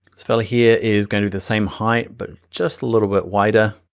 this fella here is going to to same height, but just a little bit wider.